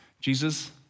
Jesus